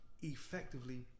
Effectively